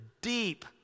deep